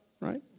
right